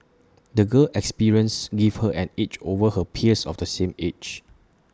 the girl's experiences give her an edge over her peers of the same age